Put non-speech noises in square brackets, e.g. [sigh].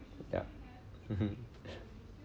ya mmhmm [breath]